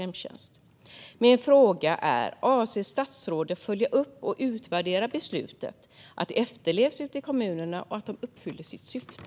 Min fråga är: Avser statsrådet att följa upp och utvärdera beslutet - se om det efterlevs ute i kommunerna och om det uppfyller sitt syfte?